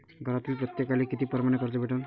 घरातील प्रत्येकाले किती परमाने कर्ज भेटन?